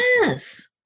Yes